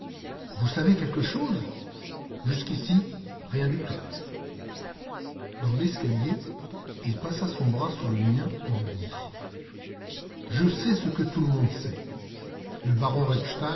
vous savez quelque chose jusqu'ici rien du tout dans l'escalier il passa son bras sous le mien et me dit je sais ce que tout le monde sait le baron